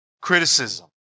Criticism